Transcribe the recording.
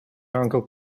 uncle